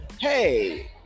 hey